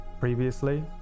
previously